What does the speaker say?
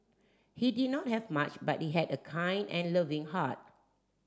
he did not have much but he had a kind and loving heart